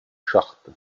chartes